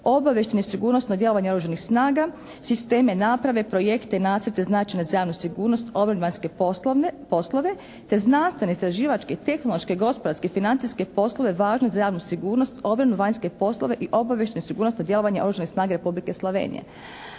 obavještajno-sigurnosno djelovanje oružanih snaga, sisteme naprave, projekte i nacrte značajne za javnu sigurnost, obranu, vanjske poslove te znanstveno, istraživačke, tehnološke, gospodarske, financijske poslove važne za javnu sigurnost, obranu i vanjske poslove i obavještajno-sigurnosno djelovanje oružanih snaga Republike Slovenije.